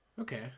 Okay